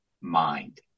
mind